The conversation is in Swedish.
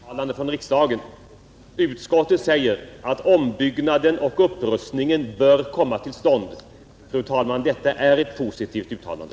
Fru talman! Fröken Ljungberg efterlyste ett positivt uttalande från riksdagen. Utskottet säger att ombyggnaden och upprustningen bör komma till stånd. Fru talman! Detta är ett positivt uttalande.